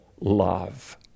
love